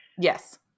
Yes